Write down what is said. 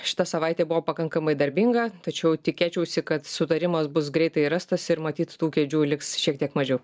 šita savaitė buvo pakankamai darbinga tačiau tikėčiausi kad sutarimas bus greitai rastas ir matyt tų kėdžių liks šiek tiek mažiau